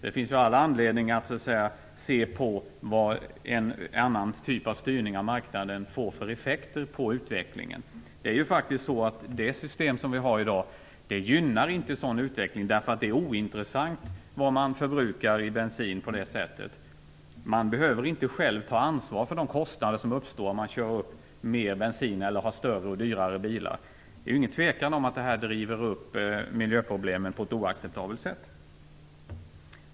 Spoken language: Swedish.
Det finns ju all anledning att se på vad en annan styrning av marknaden får för effekter på utvecklingen. Det är ju faktiskt så, att det system som vi har i dag inte gynnar en sådan utveckling, eftersom det gör att bensinförbrukningen blir ointressant. Man behöver inte själv ta ansvar för de kostnader som uppstår om man förbrukar mer bensin eller har större och dyrare bilar. Det råder ju ingen tvekan om att detta driver upp miljöproblemen på ett oacceptabelt sätt.